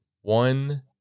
one